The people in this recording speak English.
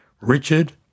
Richard